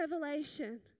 revelation